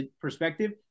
perspective